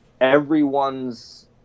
everyone's